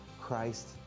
Christ